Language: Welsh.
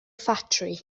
ffatri